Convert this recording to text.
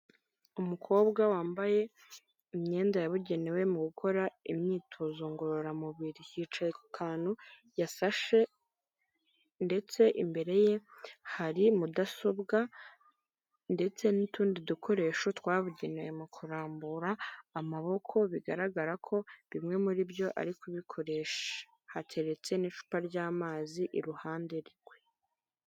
Umukobwa wambaye imyenda yabugenewe mu gukora imyitozo ngororamubiri, yicaye ku kantu yasashe ndetse imbere ye hari mudasobwa ndetse n'utundi dukoresho twabugenewe mu kurambura amaboko. Bigaragara ko bimwe muri byo ari kubikoresha, hateretse n'icupa ry'amazi iruhande rwe.